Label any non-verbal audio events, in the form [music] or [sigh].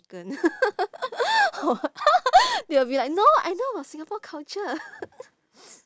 ~can [laughs] they will be like no I know about singapore culture [laughs]